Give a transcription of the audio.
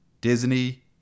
disney